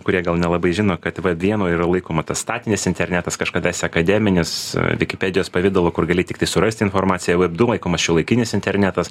kurie gal nelabai žino kad vienoj yra laikoma tas statinis internetas kažkadaise akademinis wikipedijos pavidalo kur gali tiktai surasti informaciją veb du laikomas šiuolaikinis internetas